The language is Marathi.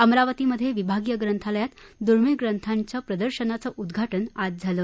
अमरावतीमधे विभागीय ग्रंथलयात दुर्मिळ ग्रंथांच्या प्रदर्शनाचं उद् घाटन आज झालं